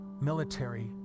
military